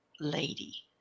lady